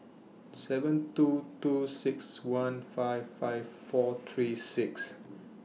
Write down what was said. seven two two six one five five four three six